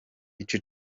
ico